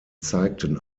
zeigten